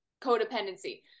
codependency